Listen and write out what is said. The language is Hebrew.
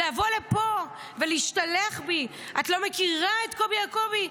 לבוא לפה ולהשתלח בי: את לא מכירה את קובי יעקובי.